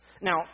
Now